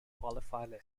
qualified